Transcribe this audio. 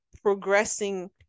progressing